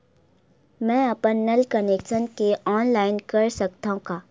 मैं अपन नल कनेक्शन के ऑनलाइन कर सकथव का?